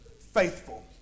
faithful